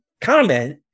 comment